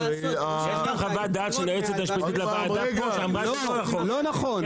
יש גם חוות דעת של היועצת המשפטית לוועדה שאמרה שזה לא נכון.